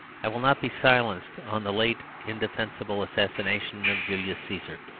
i will not be silenced on the late indefensible assassination of julius caesar.